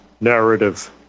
narrative